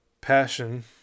passion